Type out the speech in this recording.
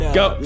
go